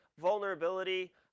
vulnerability